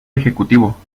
ejecutivo